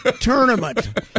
Tournament